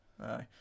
Aye